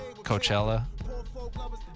Coachella